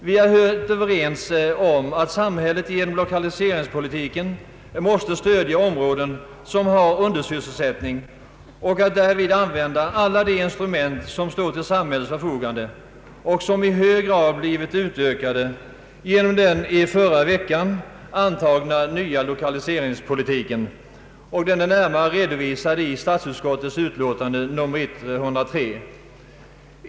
Vi är helt överens om att samhället genom lokaliseringspolitiken måste stödja områden som har undersysselsättning och därvid använda alla de instrument som står till samhällets förfogande, vilka i hög grad blivit utökade genom den i förra veckan antagna nya lokaliseringspolitiken. Den är närmare redovisad i statsutskottets utlåtande nr 103.